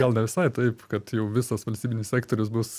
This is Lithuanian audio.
gal ne visai taip kad jau visas valstybinis sektorius bus